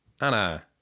Anna